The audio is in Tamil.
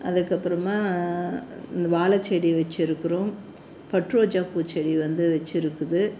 அதுக்கு அப்புறமாக இந்த வாழ செடி வச்சு இருக்குறோம் பட் ரோஜா பூ செடி வந்து வச்சுருக்குது